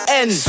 end